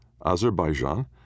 Azerbaijan